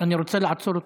אני רוצה לעצור אותך.